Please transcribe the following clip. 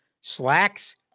slacks